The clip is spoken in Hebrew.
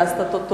נמנעים.